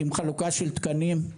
עם חלוקה של תקנים.